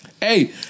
hey